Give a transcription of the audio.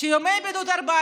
שיש 14 ימי בידוד.